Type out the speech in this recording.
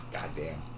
Goddamn